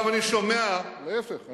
עכשיו, אני שומע, להיפך.